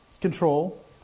control